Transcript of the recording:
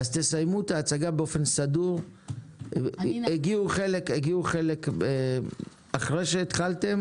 חלק מהח"כים הגיעו אחרי שהתחלתם